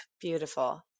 Beautiful